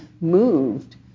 moved